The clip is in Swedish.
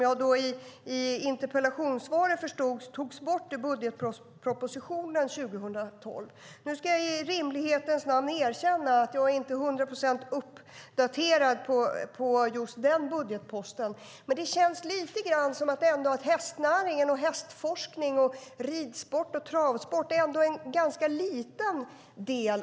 Av interpellationssvaret förstod jag att den togs bort i budgetpropositionen 2012. Jag ska i rimlighetens namn erkänna att jag inte är till hundra procent uppdaterad på just den budgetposten, men det känns lite grann som om hästnäringen, hästforskningen, ridsporten och travsporten är en ganska liten del.